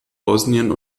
bosnien